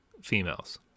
females